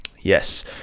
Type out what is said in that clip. Yes